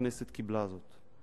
והכנסת קיבלה זאת.